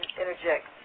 interject